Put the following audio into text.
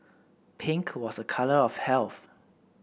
pink was a colour of health